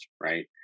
right